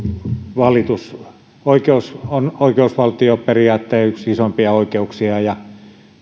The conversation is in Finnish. valitusoikeus on oikeusvaltioperiaatteiden yksi isoimpia oikeuksia ja